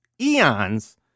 eons